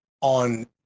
on